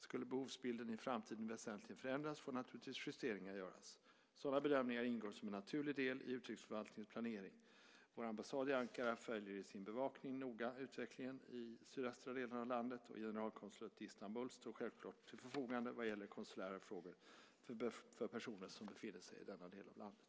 Skulle behovsbilden i framtiden väsentligen förändras får naturligtvis justeringar göras. Sådana bedömningar ingår som en naturlig del i utrikesförvaltningens planering. Vår ambassad i Ankara följer i sin bevakning noga utvecklingen i de sydöstra delarna av landet. Generalkonsulatet i Istanbul står självklart även till förfogande vad gäller konsulära frågor för personer som befinner sig i dessa delar av landet.